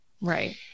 Right